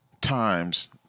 times